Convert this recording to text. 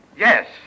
Yes